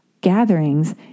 gatherings